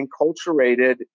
enculturated